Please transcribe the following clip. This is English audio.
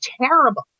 terrible